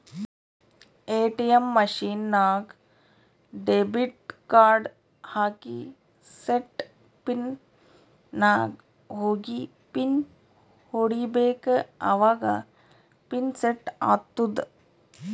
ATM machine ನಾಗ್ debit card ಹಾಕಿ set pin ನಾಗ್ ಹೋಗಿ ಪಿನ್ ಹೊಡಿಬೇಕ ಅವಾಗ ಪಿನ್ ಸೆಟ್ ಆತ್ತುದ